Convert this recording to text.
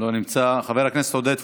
לא נמצא, חבר הכנסת עודד פורר,